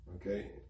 Okay